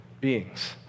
beings